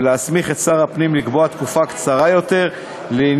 ולהסמיך את שר הפנים לקבוע תקופה קצרה יותר לעניין